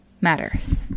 matters